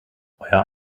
euer